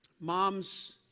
Mom's